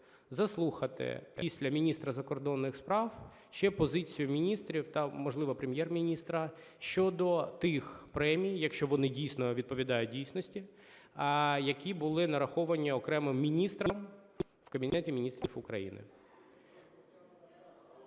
заслухати після міністра закордонних справ ще позицію міністрів та, можливо, Прем'єр-міністра щодо тих премій, якщо вони, дійсно, відповідають дійсності, які були нараховані окремим міністрам в Кабінеті Міністрів України.